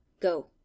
Go